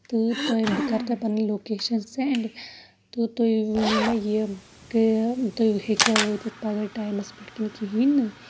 تہٕ تۄہہِ بہٕ کرٕ تۄہہِ پَنٕنۍ لوکیشن سینڈ تہٕ تُہۍ ؤنیو مےٚ یہِ کِلیر تُہۍ ہٮ۪کوا وٲتِتھ ٹایمَس پٮ۪ٹھ کِنہٕ کِہینۍ نہٕ